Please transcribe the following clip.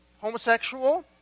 homosexual